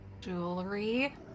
jewelry